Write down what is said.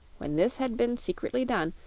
when this had been secretly done,